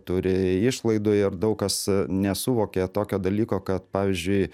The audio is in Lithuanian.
turi išlaidų ir daug kas nesuvokia tokio dalyko kad pavyzdžiui